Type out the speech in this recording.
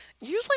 Usually